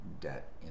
debt